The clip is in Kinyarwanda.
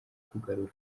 kugarura